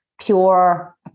pure